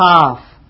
half